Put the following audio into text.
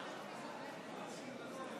חבל שהשר אמסלם לא נמצא כאן.